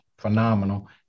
phenomenal